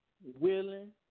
willing